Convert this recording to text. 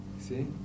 See